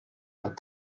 had